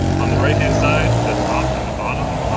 on the right hand side, the top and the bottom,